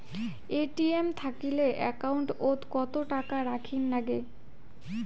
ATM থাকিলে account ওত কত টাকা রাখীর নাগে?